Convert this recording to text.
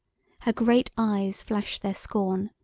her great eyes flash their scorn.